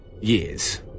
Years